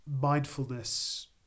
mindfulness